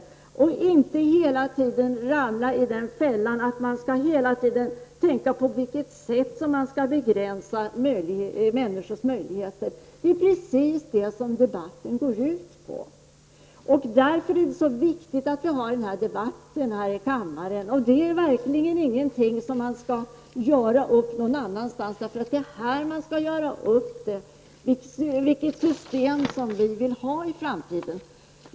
Vi får inte hela tiden ramla i fällan att alltid tänka på hur man skall begränsa människornas möjligheter. Det är precis det som debatten går ut på. Därför är det så viktigt att vi har den här debatten i kammaren. Det är verkligen inte fråga om någonting som vi skall göra upp om någon annanstans. Det är här vi skall avgöra vilket system som vi skall ha i framtiden.